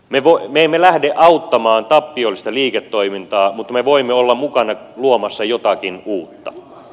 me emme lähde auttamaan tappiollista liiketoimintaa mutta me voimme olla mukana luomassa jotakin uutta